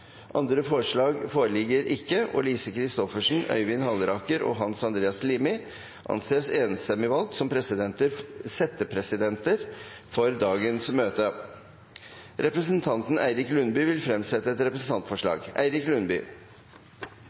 Andre forslag foreligger ikke, og Lise Christoffersen, Øyvind Halleraker og Hans Andreas Limi anses enstemmig valgt som settepresidenter for dagens møte. Representanten Erik Lundeby vil fremsette et representantforslag.